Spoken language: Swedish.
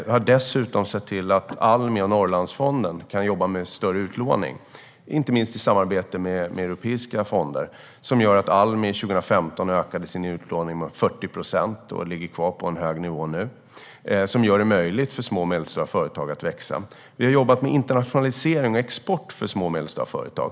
Vi har dessutom sett till att Almi och Norrlandsfonden kan jobba med större utlåning, inte minst i samarbete med europeiska fonder, vilket har gjort att Almi 2015 ökade sin utlåning med 40 procent och ligger kvar på en hög nivå. Det gör det möjligt för små och medelstora företag att växa. Vi har jobbat med internationalisering och export för små och medelstora företag.